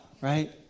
right